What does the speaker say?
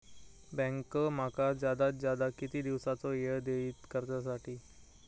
Bank माका जादात जादा किती दिवसाचो येळ देयीत कर्जासाठी?